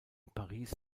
paris